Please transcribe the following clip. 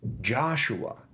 Joshua